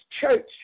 church